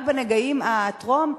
רק בנגעים הטרום,